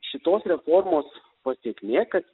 šitos reformos pasekmė kad